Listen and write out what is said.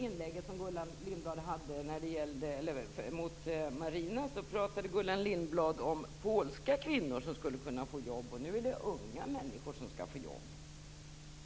Marina Pettersson, pratade hon om polska kvinnor som skulle kunna få jobb. Nu är det unga människor som skall få jobb.